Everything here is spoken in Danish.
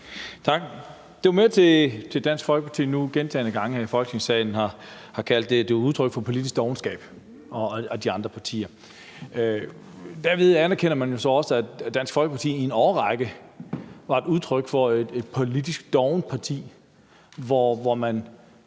til, at Dansk Folkeparti nu gentagne gange her i Folketingssalen har kaldt det et udtryk for politisk dovenskab hos de andre partier. Derved anerkender man jo så også, at Dansk Folkeparti i en årrække var et politisk dovent parti, hvor man